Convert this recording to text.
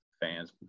fans